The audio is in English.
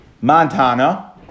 Montana